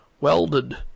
Welded